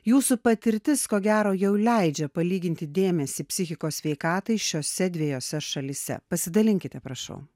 jūsų patirtis ko gero jau leidžia palyginti dėmesį psichikos sveikatai šiose dviejose šalyse pasidalinkite prašau